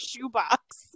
shoebox